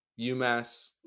UMass